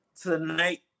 Tonight